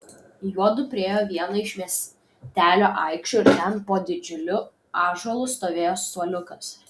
juodu priėjo vieną iš miestelio aikščių ir ten po didžiuliu ąžuolu stovėjo suoliukas